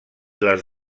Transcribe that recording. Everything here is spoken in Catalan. les